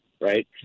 right